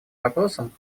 вопросам